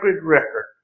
record